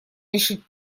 решить